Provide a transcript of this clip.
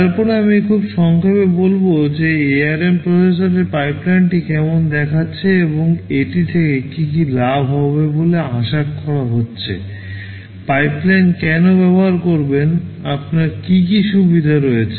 তারপরে আমি খুব সংক্ষেপে বলব যে ARM প্রসেসরের পাইপলাইনটি কেমন দেখাচ্ছে এবং এটি থেকে কী কী লাভ হবে বলে আশা করা হচ্ছে পাইপলাইন কেন ব্যবহার করবেন আপনার কী কী সুবিধা রয়েছে